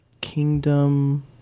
Kingdom